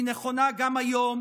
היא נכונה גם היום,